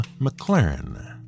McLaren